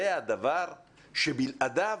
זה הדבר שבלעדיו